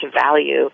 value